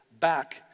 back